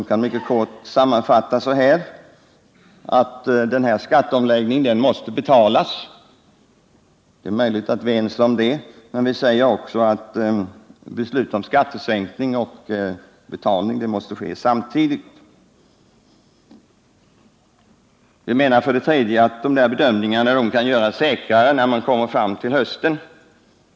Jag kan mycket kort sammanfatta dem. Denna skatteomläggning måste betalas, och det är möjligt att vi är överens om detta, med undantag för moderaterna. Men centern säger också att besluten om skattesänkning och om finansiering måste fattas samtidigt. Vidare menar vi att erforderliga bedömningar kan göras säkrare fram på hösten.